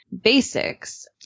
basics